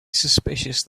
suspicious